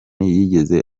yigeze